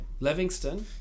Levingston